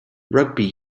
rugby